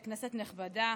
כנסת נכבדה,